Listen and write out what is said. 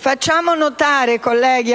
Facciamo notare a